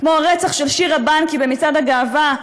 כמו הרצח של שירה בנקי במצעד הגאווה,